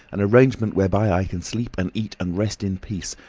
an arrangement whereby i can sleep and eat and rest in peace,